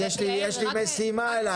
אז יש לי משימה אליך.